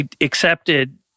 accepted